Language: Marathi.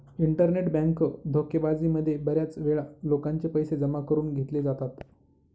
इंटरनेट बँक धोकेबाजी मध्ये बऱ्याच वेळा लोकांचे पैसे जमा करून घेतले जातात